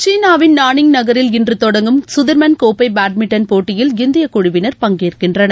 சீனாவின் நானிங் நகரில் இன்று தொடங்கும் சுதிர்மேன் கோப்பை பேட்மின்டன் போட்டியில் இந்திய குழுவினர் பங்கேற்கின்றனர்